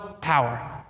power